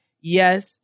yes